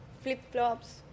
flip-flops